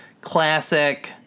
classic